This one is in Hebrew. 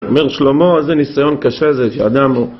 אומר שלמה איזה ניסיון קשה זה שאדם